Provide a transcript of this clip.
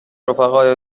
رفقای